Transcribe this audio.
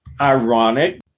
Ironic